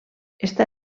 està